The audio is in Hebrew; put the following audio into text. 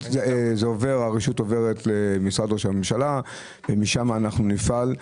הרשות עוברת למשרד ראש הממשלה ומשם אנחנו נפעל.